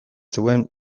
zegoen